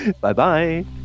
Bye-bye